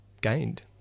gained